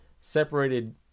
separated